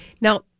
Now